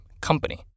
company